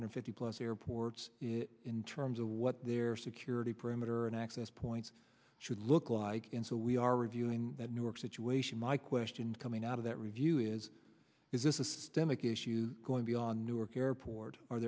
hundred fifty plus airports in terms of what their security perimeter and access points should look like and so we are reviewing that newark situation my question coming out of that review is is this is stemming case you going beyond newark airport